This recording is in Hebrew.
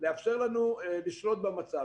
נועדו לאפשר לנו ל שלוט במצב.